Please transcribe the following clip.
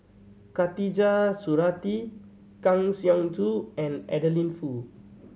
Khatijah Surattee Kang Siong Joo and Adeline Foo